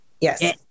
yes